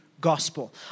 gospel